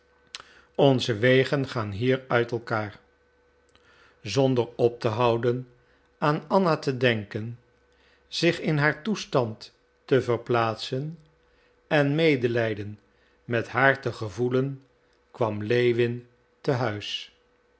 onze wegen gaan hier uit elkander zonder op te houden aan anna te denken zich in haar toestand te verplaatsen en medelijden met haar te gevoelen kwam lewin te huis